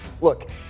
look